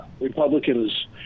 Republicans